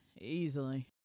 Easily